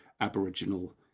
Aboriginal